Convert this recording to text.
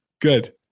good